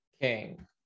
King